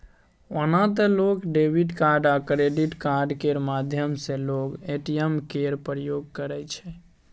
ओना तए लोक डेबिट आ क्रेडिट कार्ड केर माध्यमे लोक ए.टी.एम केर प्रयोग करै छै